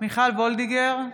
מיכל וולדיגר,